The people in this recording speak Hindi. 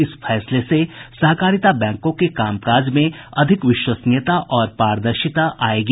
इस फैसले से सहकारिता बैंकों के कामकाज में अधिक विश्वसनीयता और पारदर्शिता आयेगी